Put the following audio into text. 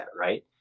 right